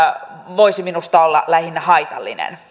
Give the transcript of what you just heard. voisi minusta olla lähinnä haitallinen